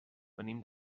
venim